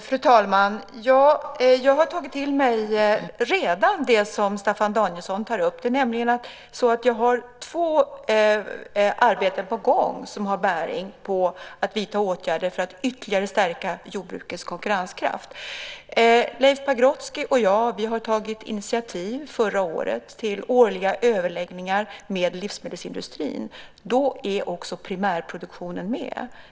Fru talman! Jag har redan tagit till mig det som Staffan Danielsson tar upp. Det är nämligen så att jag har två arbeten på gång som har bäring på att vidta åtgärder för att ytterligare stärka jordbrukets konkurrenskraft. Leif Pagrotsky och jag tog förra året initiativ till årliga överläggningar med livsmedelsindustrin. Då är också primärproduktionen med.